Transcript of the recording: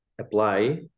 apply